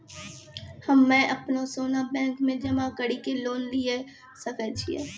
हम्मय अपनो सोना बैंक मे जमा कड़ी के लोन लिये सकय छियै?